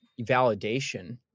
validation